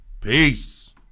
Peace